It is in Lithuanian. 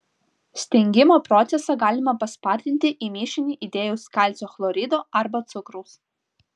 stingimo procesą galima paspartinti į mišinį įdėjus kalcio chlorido arba cukraus